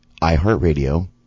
iHeartRadio